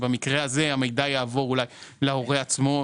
שבמקרה הזה המידע יעבור להורה עצמו,